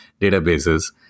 databases